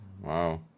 Wow